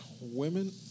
women